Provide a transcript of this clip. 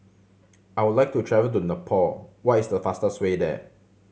I would like to travel to Nepal what is the fastest way there